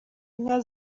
inka